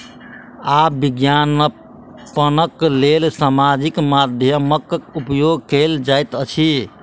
आब विज्ञापनक लेल सामाजिक माध्यमक उपयोग कयल जाइत अछि